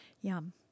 Yum